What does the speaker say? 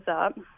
up